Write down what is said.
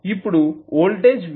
ఇప్పుడు voltage v అనేది VI